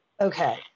Okay